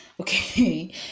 Okay